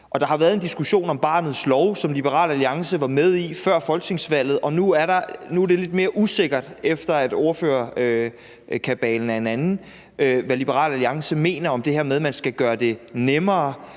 Der har været en diskussion om barnets lov, som Liberal Alliance var med i før folketingsvalget, men nu er det, efter at ordførerkabalen er blevet en anden, lidt mere usikkert, hvad Liberal Alliance mener om det her med, at man skal gøre det nemmere